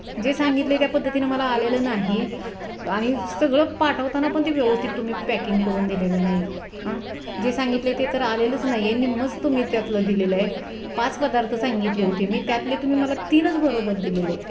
जे सांगितलं आहे त्या पद्धतीनं मला आलेलं नाही आणि सगळं पाठवताना पण ते व्यवस्थित तुम्ही पॅकिंग करून दिलेलं नाही आ जे सांगितले आहे ते तर आलेलंच नाही आहे निम्मच तुम्ही त्यातलं दिलेलं आहे पाच पदार्थ सांगितले होते मी त्यातले तुम्ही मला तीनच बरोबर दिलेले आहेत